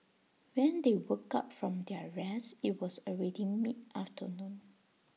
when they woke up from their rest IT was already mid afternoon